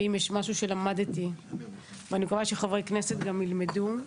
אם יש משהו שלמדתי ואני מקווה שחברי כנסת גם ילמדו,